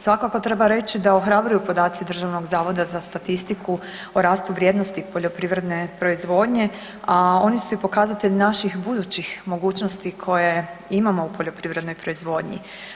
Svakako treba reći da ohrabruju podaci Državnog zavoda za statistiku o rastu vrijednosti poljoprivredne proizvodnje, a oni su i pokazatelji naših budućih mogućnosti koje imamo u poljoprivrednoj proizvodnji.